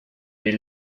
est